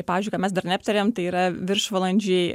pavyzdžiui kad mes dar neaptarėm tai yra viršvalandžiai